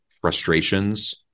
frustrations